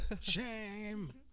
Shame